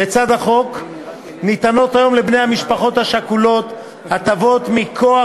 לצד החוק ניתנות היום לבני המשפחות השכולות הטבות מכוח